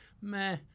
meh